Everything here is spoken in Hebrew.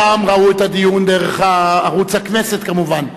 כולם ראו את הדיון דרך ערוץ הכנסת, כמובן,